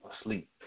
asleep